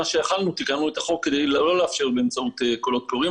שיכלנו תיקנו את החוק כדי לא לאפשר באמצעות קולות קוראים,